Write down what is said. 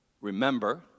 Remember